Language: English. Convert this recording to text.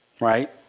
right